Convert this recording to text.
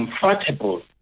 comfortable